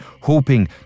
hoping